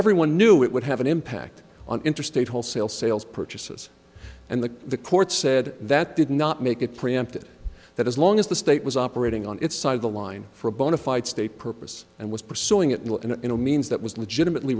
everyone knew it would have an impact on interstate wholesale sales purchases and the the court said that did not make it preempted that as long as the state was operating on its side of the line for a bona fide state purpose and was pursuing it in a means that was legitimately